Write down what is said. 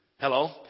Hello